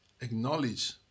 acknowledge